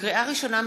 לקריאה ראשונה,